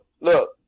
look